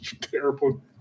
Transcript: Terrible